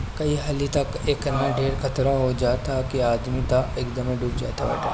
कई हाली तअ एतना ढेर खतरा हो जात हअ कि आदमी तअ एकदमे डूब जात बाटे